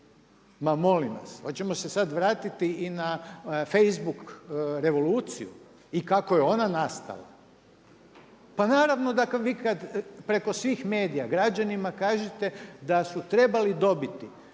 ma molim vas oćemo se sad vratiti i na facebook revoluciju i kako je ona nastala? Pa naravno da vi kad preko svih medija građanima kažete da su trebali dobiti